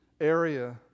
area